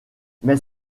mais